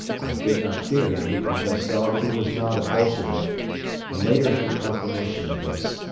i did not fear him because i saw that he was not a bolshevik and later had confirmation of this.